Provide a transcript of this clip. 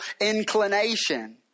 inclination